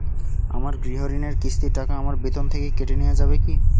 আমার গৃহঋণের কিস্তির টাকা আমার বেতন থেকে কেটে নেওয়া যাবে কি?